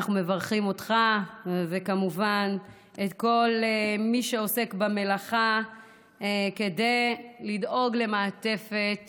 אנחנו מברכים אותך וכמובן את כל מי שעוסק במלאכה כדי לדאוג למעטפת